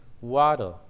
water